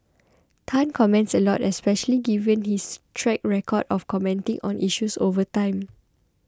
Tan comments a lot especially given his track record of commenting on issues over time